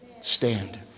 Stand